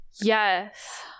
yes